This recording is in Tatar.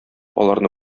аларны